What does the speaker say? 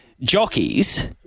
jockeys